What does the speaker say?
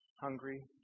hungry